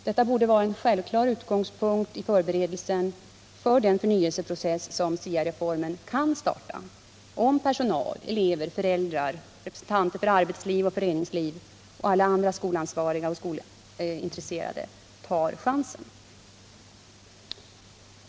Detta borde vara en självklar utgångspunkt i förberedelserna för den förnyelseprocess som SIA-reformen kan starta om personal, elever, föräldrar, representanter för arbetsliv och föreningsliv samt alla andra skolansvariga och skolintresserade vill ta chansen.